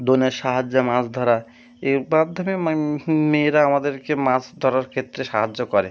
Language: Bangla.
দোনের সাহায্যে মাছ ধরা এর মাধ্যমে মান মেয়েরা আমাদেরকে মাছ ধরার ক্ষেত্রে সাহায্য করে